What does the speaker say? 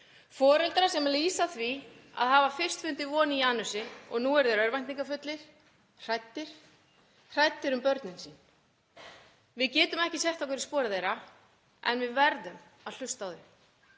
Foreldrar lýsa því að hafa fyrst fundið von í Janusi og nú eru þeir örvæntingarfullir og hræddir um börnin sín. Við getum ekki sett okkur í spor þeirra en við verðum að hlusta á þau.